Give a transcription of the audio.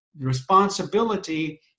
responsibility